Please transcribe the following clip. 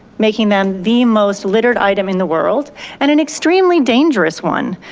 making them the most littered item in the world and an extremely dangerous one.